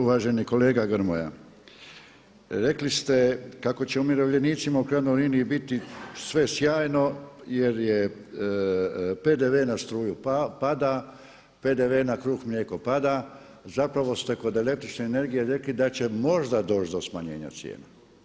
Uvaženi kolega Grmoja, rekli ste kako će umirovljenicima u krajnjoj liniji biti sve sjajno jer je PDV na struju pada, PDV na kruh, mlijeko pada, zapravo ste kod električne energije rekli da će možda doći do smanjenja cijena.